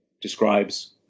describes